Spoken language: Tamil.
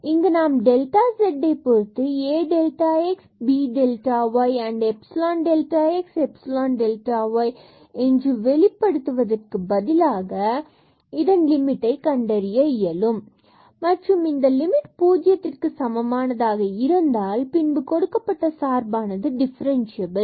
இங்கு நாம் டெல்டாவை z பொருத்து a delta x b delta y epsilon delta x epsilon delta 2 y என்று வெளிப்படுத்துவதற்கு பதிலாக இதன் லிமிட்டை கண்டறிய இயலும் மற்றும் இந்த லிமிட் பூஜ்ஜியத்துக்கு சமமாக இருந்தால் பின்பு கொடுக்கப்பட்டுள்ள சார்பானது டிஃபரண்ட்சியபில்